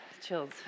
chills